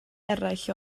eraill